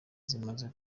zimaze